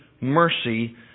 mercy